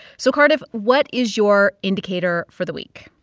so, cardiff, what is your indicator for the week?